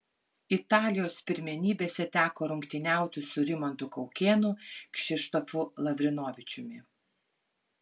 italijos pirmenybėse teko rungtyniauti su rimantu kaukėnu kšištofu lavrinovičiumi